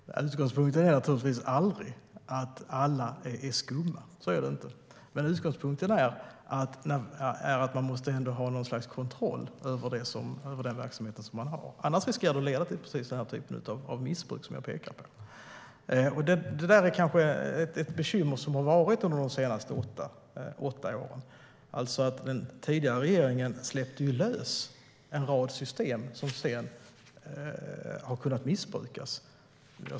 Fru talman! Utgångspunkten är naturligtvis aldrig att alla är skumma. Så är det inte. Men utgångspunkten är att man måste ha något slags kontroll över sin verksamhet. Annars riskerar det att leda till den typ av missbruk som jag pekar på. Det är kanske ett bekymmer som har funnits under de senaste åtta åren. Den tidigare regeringen släppte lös en rad system som har kunnat missbrukas.